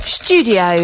studio